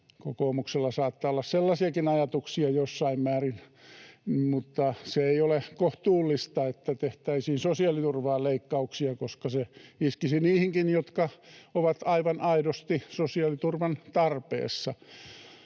kokoomuksella saattaa olla sellaisiakin ajatuksia jossain määrin, mutta se ei ole kohtuullista, että tehtäisiin sosiaaliturvaan leikkauksia, koska se iskisi niihinkin, jotka ovat aivan aidosti sosiaaliturvan tarpeessa